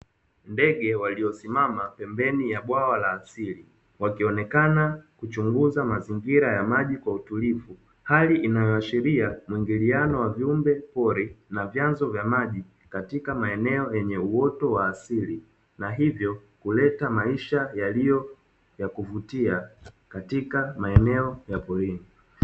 Ndege waliosimama pembeni ya bwawa la asili, wakionekana wakichunguza mazingira ya maji kwa utulivu, hali inayoashiria muingiliano wa viumbe pori na vyanzo vya maji katika maeneo yenye uoto wa asili. Na hivyo huleta maisha yaliyo ya kuvutia katika maeneo ya porini.